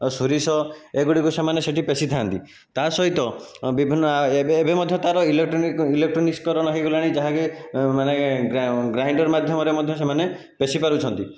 ସୋରିଷ ଏଗୁଡ଼ିକୁ ସେମାନେ ସେଇଠି ପେଶିଥାନ୍ତି ତା' ସହିତ ବିଭିନ୍ନ ଆ ଏବେ ଏବେ ମଧ୍ୟ ତାର ଇଲେକ୍ଟ୍ରୋନିକ୍ ଇଲେକ୍ଟ୍ରୋନିକ୍ସ କରଣ ହୋଇଗଲାଣି ଯାହାକି ମାନେ ଗ୍ରା ଗ୍ରାଇଣ୍ଡର ମାଧ୍ୟମରେ ମଧ୍ୟ ସେମାନେ ପେଶି ପାରୁଛନ୍ତି